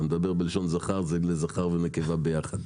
כשאתה מדבר בלשון זכר זה לזכר ונקבה ביחד.